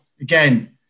again